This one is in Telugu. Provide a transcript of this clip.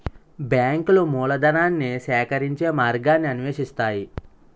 బ్యాంకులు మూలధనాన్ని సేకరించే మార్గాన్ని అన్వేషిస్తాయి